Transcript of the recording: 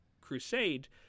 crusade